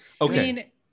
Okay